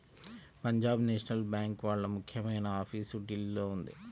Punjab national bank వాళ్ళ ముఖ్యమైన office ఢిల్లీలో ఉంది